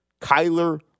Kyler